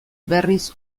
berriz